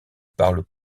parle